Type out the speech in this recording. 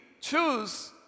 choose